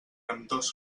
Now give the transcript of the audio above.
ambdós